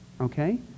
okay